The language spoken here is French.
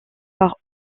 par